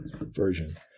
version